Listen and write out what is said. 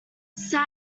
set